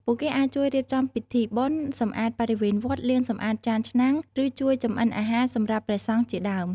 ពួកគេអាចជួយរៀបចំពិធីបុណ្យ សម្អាតបរិវេណវត្ត លាងសម្អាតចានឆ្នាំង ឬជួយចំអិនអាហារសម្រាប់ព្រះសង្ឃជាដើម។